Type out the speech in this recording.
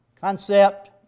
concept